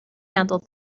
handle